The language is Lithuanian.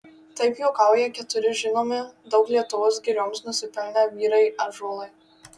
taip juokauja keturi žinomi daug lietuvos girioms nusipelnę vyrai ąžuolai